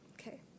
Okay